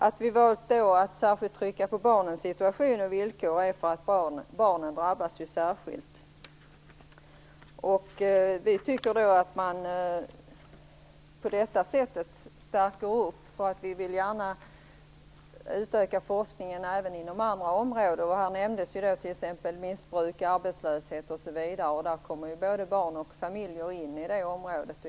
Anledningen till att vi valt att särskilt trycka på barnens situation och villkor är att barnen drabbas särskilt. Vi tycker att vi på detta sätt understryker att vi gärna vill utöka forskningen även inom andra områden. Här nämnde jag t.ex. missbruk, arbetslöshet. Där kommer både barn och familjer in.